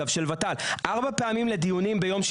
כמובן,